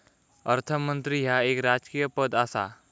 अर्थमंत्री ह्या एक राजकीय पद आसा